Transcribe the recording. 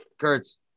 Kurtz